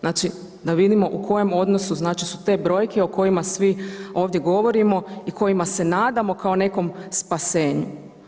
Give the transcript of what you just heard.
Znači da vidimo u kojem odnosu znači su te brojke o kojima svi ovdje govorima i kojima se nadamo kao nekom spasenju.